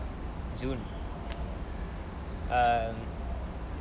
june err